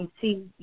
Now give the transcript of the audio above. see